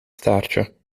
staartje